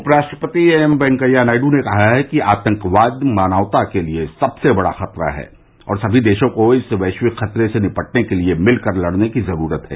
उपराष्ट्रपति वैंकैया नायडू ने कहा कि आतंकवाद मानवता के लिए सबसे बड़ा ख़तरा है और समी देशों को इस वैश्विक ख़तरे से निपटने के लिए मिलकर तड़ने की ज़रूसत है